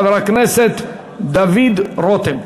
חבר הכנסת דוד רותם.